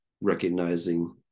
recognizing